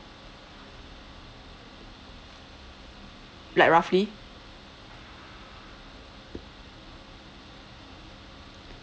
like roughly